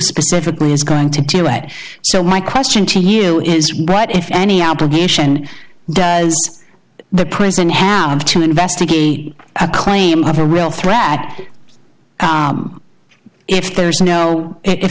specifically is going to do it so my question to you is what if any obligation does the prison have to investigate a claim have a real threat if there is no if